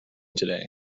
today